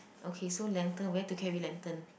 okay so lantern where to carry lantern